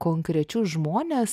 konkrečius žmones